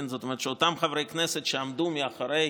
אותם חברי כנסת שעמדו מאחורי